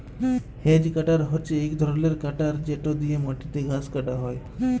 hedge cutter হছে ইক ধরলের কাটার যেট দিঁয়ে মাটিতে ঘাঁস কাটা হ্যয়